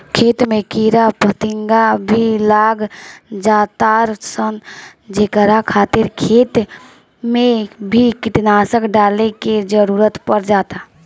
खेत में कीड़ा फतिंगा भी लाग जातार सन जेकरा खातिर खेत मे भी कीटनाशक डाले के जरुरत पड़ जाता